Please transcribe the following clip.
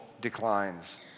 declines